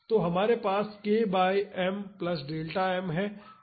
तो हमारे पास k by m plus delta m है